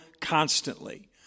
constantly